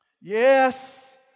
Yes